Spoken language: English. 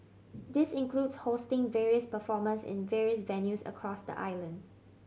this includes hosting various performers in various venues across the island